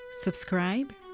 Subscribe